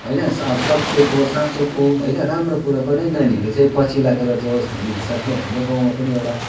होइन अब सत्यको साँचोको होइन राम्रो कुराको नै नानीहरूले चाहिँ पछि लागेर जाओस् भन्ने हिसाबले हाम्रो गाउँमा पनि एउटा